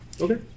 Okay